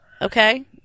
Okay